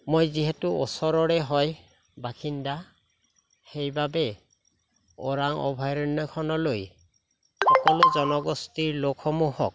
মই যিহেতু ওচৰৰে হয় বাসিন্দা সেইবাবে অৰাং অভয়াৰণ্যখনলৈ সকলো জনগোষ্ঠীৰ লোকসমূহক